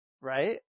right